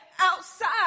outside